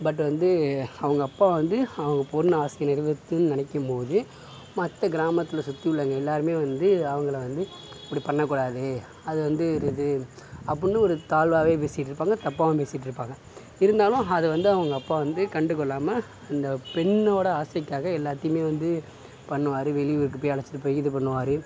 but வந்து அவங்க அப்பா வந்து அவங்க பொண்ணு ஆசையை நிறவேத்தணுன்னு நினைக்கும்போது மற்ற கிராமத்தில் சுற்றி உள்ளவங்க எல்லாருமே வந்து அவங்கள வந்து இப்படி பண்ணக் கூடாது அது வந்து ஒரு இது அப்புடின்னு ஒரு தாழ்வாகவே பேசிட்டுருப்பாங்க தப்பாகவும் பேசிட்டுருப்பாங்க இருந்தாலும் அது வந்து அவங்க அப்பா வந்து கண்டுகொள்ளாமல் இந்த பெண்ணோடய ஆசைக்காக எல்லாத்தையுமே வந்து பண்ணுவார் வெளி ஊருக்கு போய் அழைச்சிட்டு போய் இது பண்ணுவார்